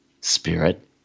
spirit